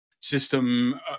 system